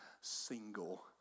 single